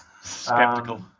Skeptical